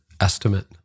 estimate